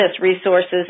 resources